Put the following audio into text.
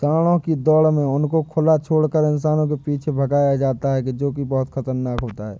सांडों की दौड़ में उनको खुला छोड़कर इंसानों के पीछे भगाया जाता है जो की बहुत खतरनाक होता है